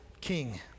king